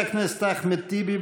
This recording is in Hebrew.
חבר הכנסת אחמד טיבי,